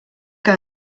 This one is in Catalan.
que